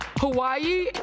Hawaii